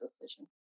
decision